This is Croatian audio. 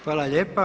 Hvala lijepa.